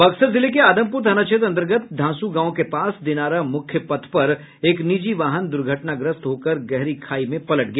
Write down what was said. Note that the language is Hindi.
बक्सर जिले के आदमपुर थाना क्षेत्र अंतर्गत धांसु गांव के पास दिनारा मुख्य पथ पर एक निजी वाहन दुर्घटनाग्रस्त होकर गहरी खाई में पलट गया